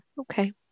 okay